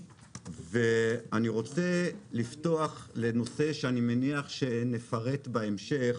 אני רוצה לפתוח לנושא שאני מניח שנפרט בהמשך